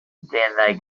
they